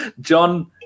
John